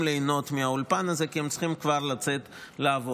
ליהנות מהאולפן הזה כי הם צריכים כבר לצאת לעבוד.